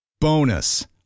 Bonus